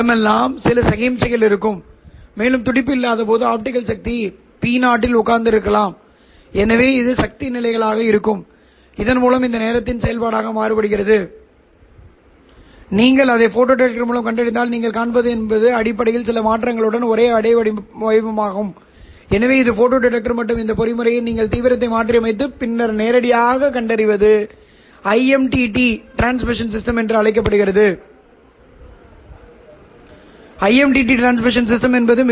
ஒரு உறவை சற்றே வித்தியாசமாக உருவாக்கி இது 1 ஆக மாறுகிறது இது 1 ஆக மாறுகிறது அதாவது கட்டம் அல்லது இணைப்பு கூறுகளின் நீளத்தை சரிசெய்வதன் மூலம் நான் ஒரு கப்ளரை உருவாக்க முடியும் என்று சொல்லலாம் பின்னர் நாம் படிப்போம் பின்னர் எனக்கு ஒரு எழுத்தை கொடுங்கள் இது எனக்கு 1√2 1 1 −1 1 என்ற இணைப்பு மேட்ரிக்ஸைக் கொடுக்கும்